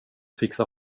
fixa